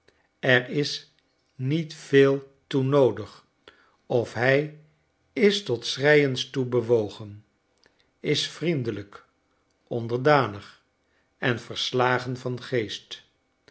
er is niet veel toe noodig of hij is tot schreiens toe bewogen is vriendelijk onderdanig en verslagen van geest